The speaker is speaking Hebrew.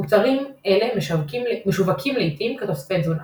מוצרים אלה משווקים לעיתים כתוספי תזונה.